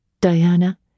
Diana